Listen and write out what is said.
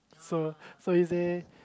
so so he say